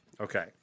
Okay